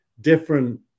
different